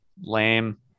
Lame